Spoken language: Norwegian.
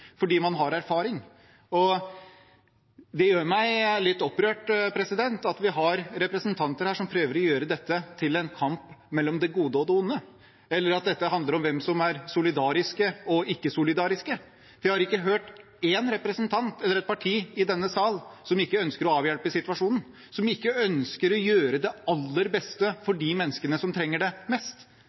fordi man har erfaring. Det gjør meg litt opprørt at vi har representanter her som prøver å gjøre dette til en kamp mellom det gode og det onde, eller at dette handler om hvem som er solidariske og ikke solidariske. Vi har ikke hørt én representant eller ett parti i denne sal som ikke ønsker å avhjelpe situasjonen, som ikke ønsker å gjøre det aller beste for de menneskene som trenger det mest,